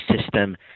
system